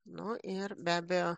nu ir be abejo